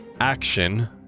action